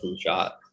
shot